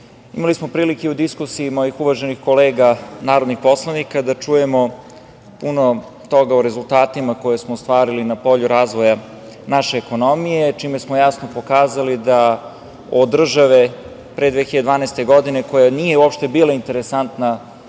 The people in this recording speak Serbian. imali smo prilike u diskusiji mojih uvaženih kolega narodnih poslanika da čujemo puno toga o rezultatima koje smo ostvarili na polju razvoja naše ekonomije, čime smo jasno pokazali da smo, od države pre 2012. godine koja nije uopšte bila interesantna